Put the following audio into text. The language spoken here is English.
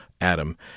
Adam